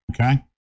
okay